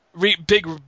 big